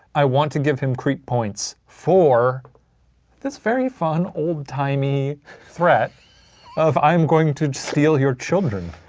i want to give him creep points for this very fun, old-timey threat of i'm going to steal your children.